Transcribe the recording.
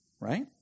Right